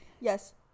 Yes